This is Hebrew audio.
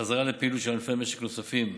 החזרה לפעילות של ענפי משק נוספים,